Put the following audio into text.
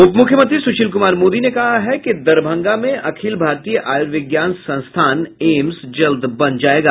उप मुख्यमंत्री सुशील कुमार मोदी ने कहा है कि दरभंगा में अखिल भारतीय आयुर्विज्ञान संस्थान एम्स जल्द बन जाएगा